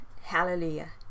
Hallelujah